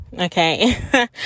Okay